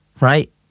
right